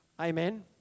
Amen